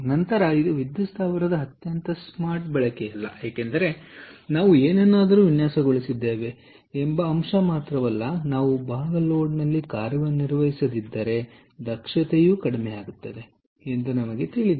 ನಂತರ ಇದು ವಿದ್ಯುತ್ ಸ್ಥಾವರದ ಅತ್ಯಂತ ಸ್ಮಾರ್ಟ್ ಬಳಕೆಯಲ್ಲ ಏಕೆಂದರೆ ನಾವು ಏನನ್ನಾದರೂ ವಿನ್ಯಾಸಗೊಳಿಸಿದ್ದೇವೆ ಎಂಬ ಅಂಶ ಮಾತ್ರವಲ್ಲ ನಾವು ಭಾಗ ಲೋಡ್ನಲ್ಲಿ ಕಾರ್ಯನಿರ್ವಹಿಸದಿದ್ದರೆ ದಕ್ಷತೆಯೂ ಕಡಿಮೆಯಾಗುತ್ತದೆ ಎಂದು ನಮಗೆ ತಿಳಿದಿದೆ